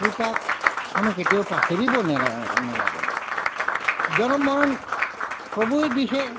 কৃপাক আমি কেতিয়াও পাহৰিব নালাগে জনম মৰণ প্ৰভুই দিছে